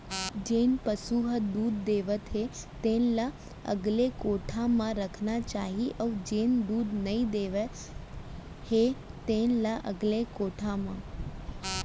जेन पसु ह दूद देवत हे तेन ल अलगे कोठा म रखना चाही अउ जेन दूद नइ देवत हे तेन ल अलगे कोठा म